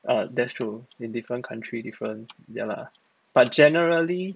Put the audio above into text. err that's true in different country different ya lah but generally